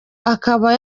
akaba